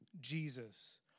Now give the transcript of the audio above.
Jesus